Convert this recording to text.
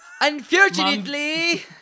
Unfortunately